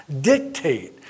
dictate